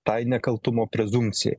tai nekaltumo prezumpcijai